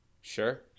Sure